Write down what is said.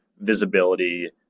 visibility